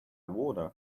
water